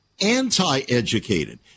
anti-educated